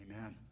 Amen